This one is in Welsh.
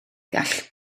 gall